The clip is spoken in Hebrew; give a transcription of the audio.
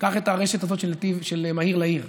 קח את הרשת הזאת של "מהיר לעיר",